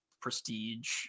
prestige